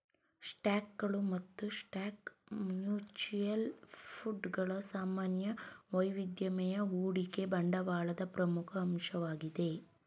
ಸ್ಟಾಕ್ಗಳು ಮತ್ತು stock mutual fund ಗಳ ಸಾಮಾನ್ಯ ವೈವಿಧ್ಯಮಯ ಹೂಡಿಕೆ ಬಂಡವಾಳದ ಪ್ರಮುಖ ಅಂಶವಾಗಿದೆ